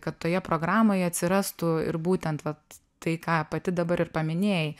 kad toje programoje atsirastų ir būtent vat tai ką pati dabar ir paminėjai